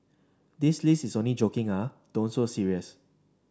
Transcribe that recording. this list is only joking ah don't so serious